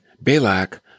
Balak